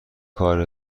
کار